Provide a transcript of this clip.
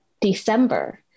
December